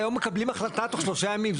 היו מקבלים החלטה תוך שלושה ימים.